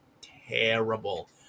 terrible